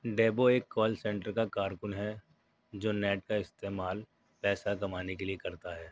debut ایک call centre کا کارکن ہے جو نیٹ کا استعمال پیسہ کمانے کے لیے کرتا ہے